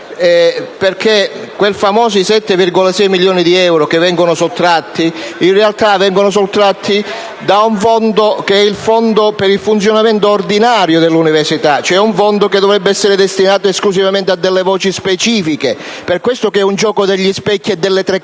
Quei famosi 7,6 milioni di euro che vengono sottratti, in realta vengono sottratti dal fondo per il funzionamento ordinario dell’universita, cioe un fondo che dovrebbe essere destinato esclusivamente a delle voci specifiche. Per questo, eun gioco degli specchi e delle tre carte